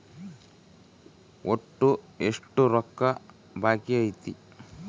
ಒಟ್ಟು ಎಷ್ಟು ರೊಕ್ಕ ಬಾಕಿ ಐತಿ?